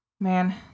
Man